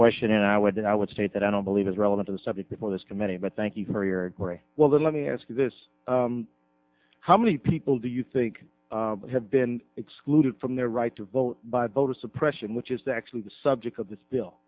question and i would then i would state that i don't believe it's relevant to the subject before this committee but thank you for your very well then let me ask you this how many people do you think have been excluded from their right to vote by voter suppression which is actually the subject of this